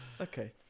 Okay